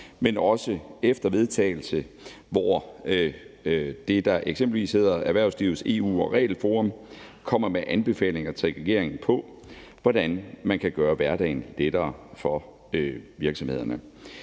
men også efter vedtagelse, hvor det, der eksempelvis hedder Erhvervslivets EU- og Regelforum kommer med anbefalinger til regeringen til, hvordan man kan gøre hverdagen lettere for virksomhederne.